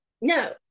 No